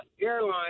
airline